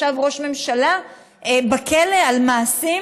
ישב ראש ממשלה בכלא על מעשים,